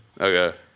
Okay